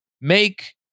make